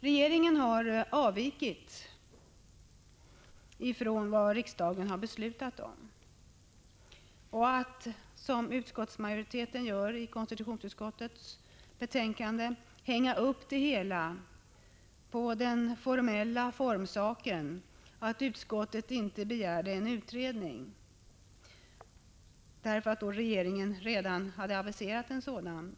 Regeringen har avvikit från riksdagsbeslutet. Utskottsmajoriteten hänger i betänkandet upp sin argumentation på formsaken, nämligen att utskottet inte begärde en utredning, därför att regeringen då redan hade aviserat en sådan.